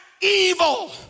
evil